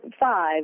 five